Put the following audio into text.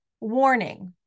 Warning